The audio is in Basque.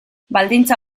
baldintza